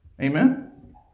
Amen